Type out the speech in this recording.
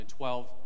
2012